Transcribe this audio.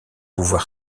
pouvait